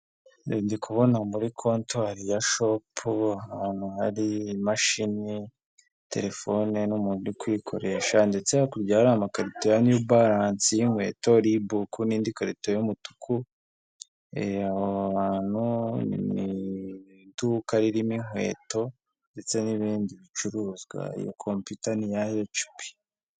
Ndikubona muri kontwari ya shopu ahantu hari imashini. terefone n'umuntu uri kuyikoresha ndetse hakurya hari amakarito ya niyu balensi y'inkweto, ribuku n'indi karito y'umutuku, aho hantu n'iduka ririmo inkweto ndetse n'ibindi bicuruzwa iyo kompiyuta ni iya Ecipi.